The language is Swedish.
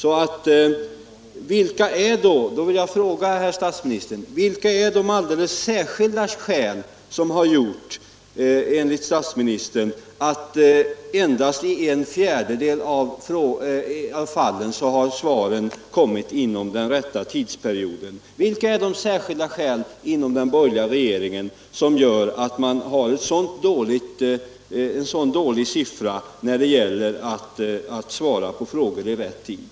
Jag vill fråga statsministern: Vilka är de alldeles särskilda skäl som enligt statsministern har gjort att svaren endast i en fjärdedel av fallen har lämnats inom den föreskrivna tidsperioden? Vad är det som gör att man inom den borgerliga regeringen har en så dålig statistik när det gäller att besvara frågor i rätt tid?